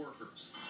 workers